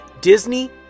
Disney